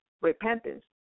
Repentance